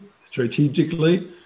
strategically